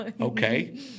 Okay